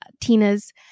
Tina's